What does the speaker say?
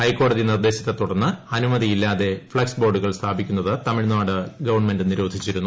ഹൈക്കോടതി നിർദ്ദേശത്തെ തുടർന്ന് അനുമതിയില്ലാതെ ഫ്ളക്സ് ബോർഡുകൾ സ്ഥാപിക്കുന്നത് തമിഴ്നാട് ഗവൺമെന്റ് നിരോധിച്ചിരുന്നു